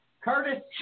Curtis